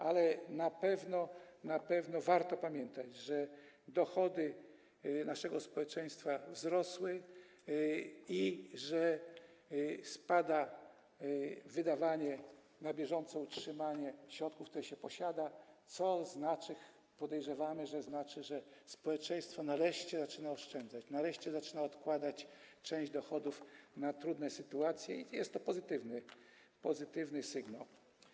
Ale na pewno warto pamiętać, że dochody naszego społeczeństwa wzrosły i że spada wydawanie na bieżące utrzymanie środków, które się posiada, co znaczy, podejrzewamy, że społeczeństwo nareszcie zaczyna oszczędzać, nareszcie zaczyna odkładać część dochodów na trudne sytuacje, i jest to pozytywny sygnał.